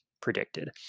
predicted